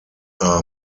are